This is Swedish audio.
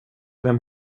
vem